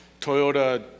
Toyota